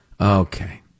Okay